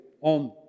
on